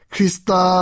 Krista